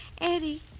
Eddie